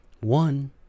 One